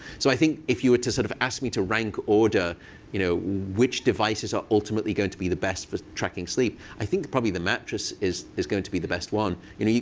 so i think if you were to sort of ask me to rank order you know which devices are ultimately going to be the best for tracking sleep, i think probably the mattress is is going to be the best one. you know there,